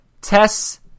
tests